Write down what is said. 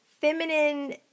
feminine